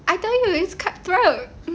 I tell you it's cut throat